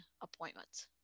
appointments